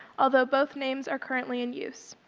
although both names are currently in use.